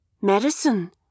Medicine